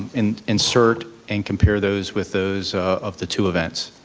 and insert and compare those with those of the two events?